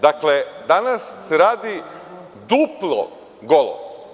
Dakle, danas se radi duplo golo.